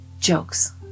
jokes